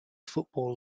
football